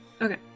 Okay